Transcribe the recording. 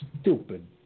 stupid